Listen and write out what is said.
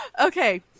Okay